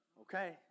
Okay